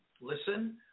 listen